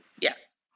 Yes